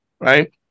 Right